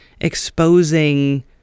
exposing